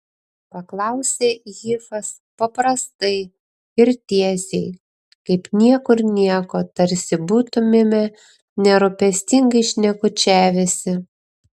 paklausė hifas paprastai ir tiesiai kaip niekur nieko tarsi būtumėme nerūpestingai šnekučiavęsi